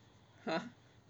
!huh!